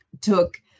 took